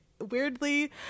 weirdly